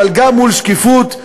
זאת שקיפות,